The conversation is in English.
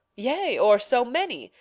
yea, or so many,